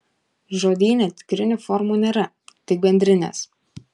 žodyne tikrinių formų nėra tik bendrinės